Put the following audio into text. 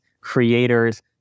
creators